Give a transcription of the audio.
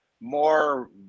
more